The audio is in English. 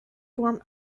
form